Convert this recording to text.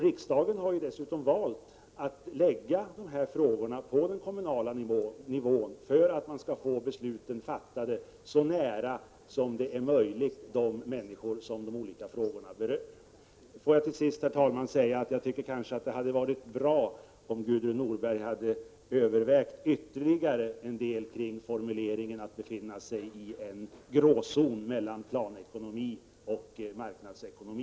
Riksdagen har dessutom valt att lägga de här frågorna på kommunal nivå för att besluten skall kunna fattas så nära de människor som berörs som möjligt. Får jag till sist, herr talman, säga att det hade varit bra om Gudrun Norberg ytterligare hade övervägt formuleringen att befinna sig i en gråzon mellan planekonomi och marknadsekonomi.